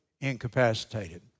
incapacitated